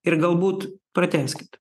ir galbūt pratęskit